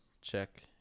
Check